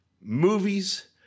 movies